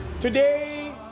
Today